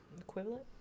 Equivalent